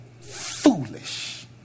foolish